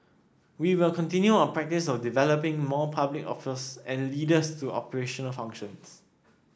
we will continue our practice of developing more public office and leaders to operational functions